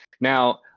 Now